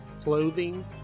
clothing